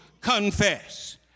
confess